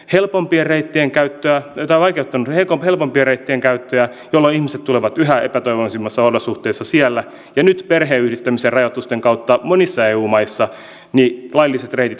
helpompi reittien käyttö on vaikeuttanut niitten helpompien reittien käyttöä jolloin ihmiset tulevat sieltä yhä epätoivoisemmissa olosuhteissa ja nyt perheenyhdistämisen rajoitusten kautta monissa eu maissa lailliset reitit entisestään kapenevat